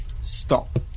stop